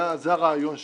זה הרעיון שלו.